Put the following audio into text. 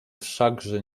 wszakże